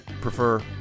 prefer